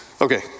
Okay